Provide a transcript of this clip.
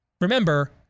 Remember